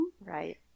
Right